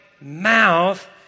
mouth